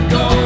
go